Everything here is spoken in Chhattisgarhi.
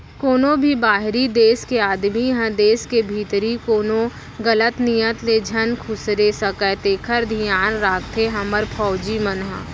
कोनों भी बाहिरी देस के आदमी ह देस के भीतरी कोनो गलत नियत ले झन खुसरे सकय तेकर धियान राखथे हमर फौजी मन ह